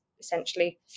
essentially